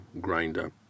grinder